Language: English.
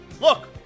look